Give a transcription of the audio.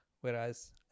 whereas